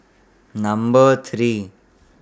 Number three